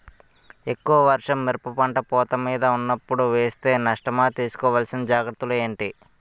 ఎక్కువ వర్షం మిరప పంట పూత మీద వున్నపుడు వేస్తే నష్టమా? తీస్కో వలసిన జాగ్రత్తలు ఏంటి?